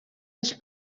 els